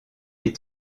est